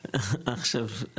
עכשיו,